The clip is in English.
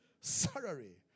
salary